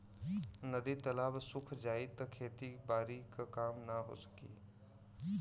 नदी तालाब सुख जाई त खेती बारी क काम ना हो सकी